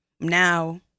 now